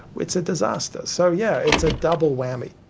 it's a disaster. so yeah, it's a double whammy.